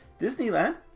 Disneyland